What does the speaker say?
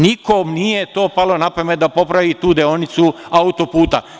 Nikom nije to palo na pamet da popravi tu deonicu auto-puta.